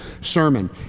sermon